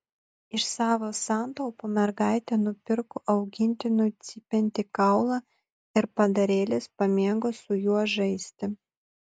iš savo santaupų mergaitė nupirko augintiniui cypiantį kaulą ir padarėlis pamėgo su juo žaisti